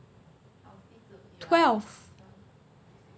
twelve